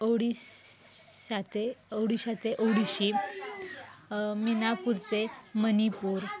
ओडिसाचे ओडिशाचे ओडिशी मिनापूरचे मणिपूर